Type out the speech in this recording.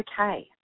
okay